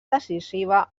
decisiva